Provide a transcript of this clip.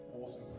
awesome